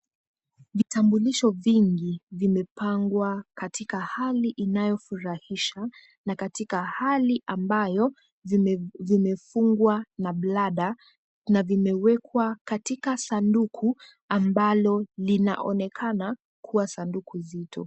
Vitambulisho vingi vimepangwa katika hali inayofurahisha na katika hali ambayo vimefungwa na blada na vimewekwa katika sanduku ambalo linaonekana kuwa sanduku nzito.